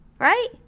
Right